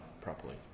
properly